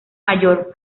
mayor